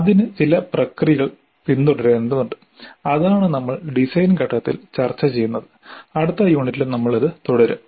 അതിന് ചില പ്രക്രിയകൾ പിന്തുടരേണ്ടതുണ്ട് അതാണ് നമ്മൾ ഡിസൈൻ ഘട്ടത്തിൽ ചർച്ച ചെയ്യുന്നത് അടുത്ത യൂണിറ്റിലും നമ്മൾ ഇത് തുടരും